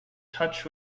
touch